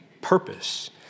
purpose